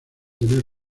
tener